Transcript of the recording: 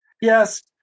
Yes